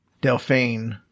Delphine